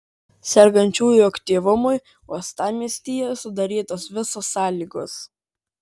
sergančiųjų aktyvumui uostamiestyje sudarytos visos sąlygos